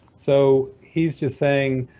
so he is just saying